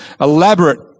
elaborate